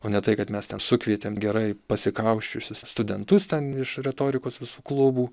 o ne tai kad mes sukvietėm gerai pasikausčiusius studentus ten iš retorikos visų klubų